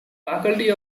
faculty